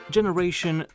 Generation